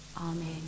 amen